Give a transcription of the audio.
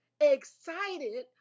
excited